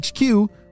HQ